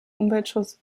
umweltschutz